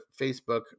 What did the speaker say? Facebook